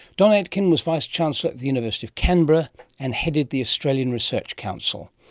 don aitkin was vice chancellor at the university of canberra and headed the australian research council.